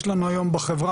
יש לנו היום בחברה,